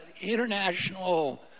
international